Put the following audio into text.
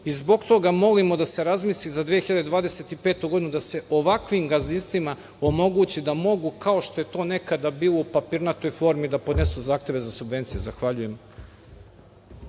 i zbog toga molimo da se razmisli za 2025. godinu da se ovakvim gazdinstvima omogući da mogu kao što je to nekada bilo u papirnatoj formi da podnesu zahteve za subvencije. Zahvaljujem.